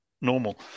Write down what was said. normal